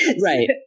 Right